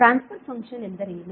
ಟ್ರಾನ್ಸ್ fur function ಎಂದರೇನು